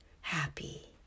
happy